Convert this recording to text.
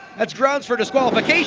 thats grounds for disqualification